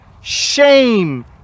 shame